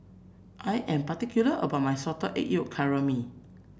I am particular about my Salted Egg Yolk Calamari